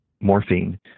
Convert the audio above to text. morphine